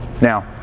Now